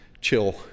chill